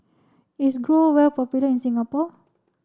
is Growell popular in Singapore